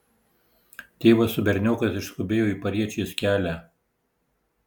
tėvas su berniokais išskubėjo į pariečės kelią